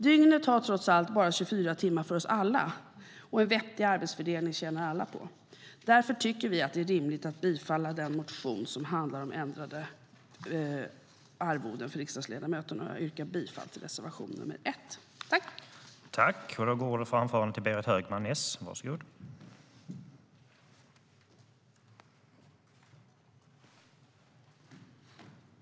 Dygnet har trots allt bara 24 timmar för oss alla, och en vettig arbetsfördelning tjänar alla på. Därför tycker vi att det är rimligt att bifalla den motion som handlar om ändrade arvoden för riksdagsledamöter, och jag yrkar alltså bifall till reservation 1.